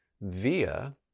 via